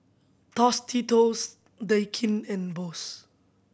Tostitos Daikin and Bose